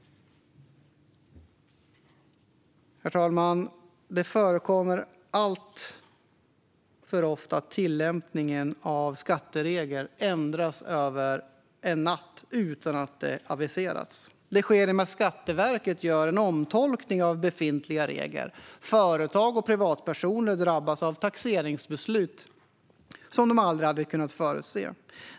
Herr talman! Det förekommer alltför ofta att tillämpningen av skatteregler ändras över en natt utan att det har aviserats. Det sker genom att Skatteverket gör en omtolkning av befintliga regler. Företag och privatpersoner drabbas av taxeringsbeslut som de aldrig hade kunnat förutse.